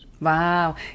Wow